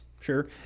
Sure